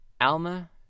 Alma